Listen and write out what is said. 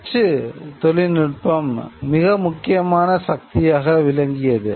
அச்சு தொழில்நுட்பம் மிக முக்கியமான சக்தியாக விளங்கியது